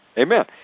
Amen